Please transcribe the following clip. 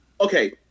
okay